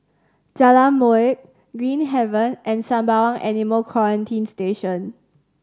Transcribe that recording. Jalan Molek Green Haven and Sembawang Animal Quarantine Station